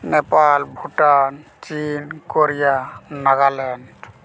ᱱᱮᱯᱟᱞ ᱵᱷᱩᱴᱟᱱ ᱪᱤᱱ ᱠᱳᱨᱤᱭᱟ ᱱᱟᱜᱟᱞᱮᱸᱰ